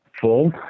full